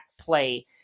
play